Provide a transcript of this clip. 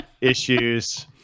issues